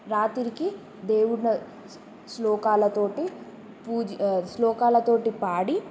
రాత్రికి దేవుళ్ళ శ్లోకాలతోటి పూజ్ శ్లోకాలతోటి పాడి